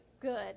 good